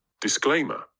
Disclaimer